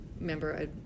remember